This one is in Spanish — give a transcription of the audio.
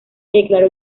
declaró